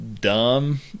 dumb